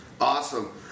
Awesome